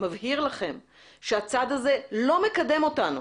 מבהיר לכם שהצד הזה לא מקדם אותנו,